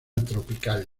tropical